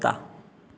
कुत्ता